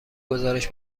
گزارش